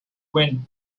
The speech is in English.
wind